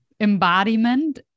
embodiment